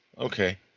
okay